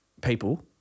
People